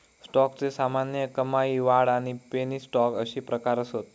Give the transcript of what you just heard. स्टॉकचे सामान्य, कमाई, वाढ आणि पेनी स्टॉक अशे प्रकार असत